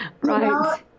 Right